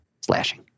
Slashing